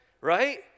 Right